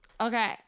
okay